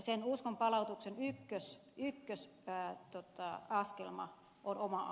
sen uskonpalautuksen ykkösaskelma on oma aloitteisuus